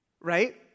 Right